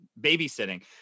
babysitting